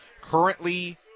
currently